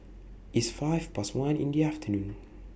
its five Past one in The afternoon